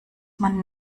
man